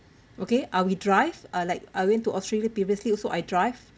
okay uh we drive uh like I went to australia previously also I drive